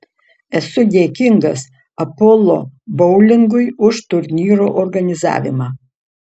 esu dėkingas apollo boulingui už turnyro organizavimą